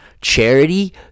charity